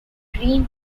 green